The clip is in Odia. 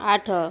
ଆଠ